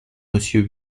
monsieur